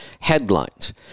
headlines